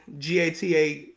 GATA